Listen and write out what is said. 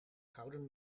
gouden